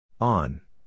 On